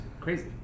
crazy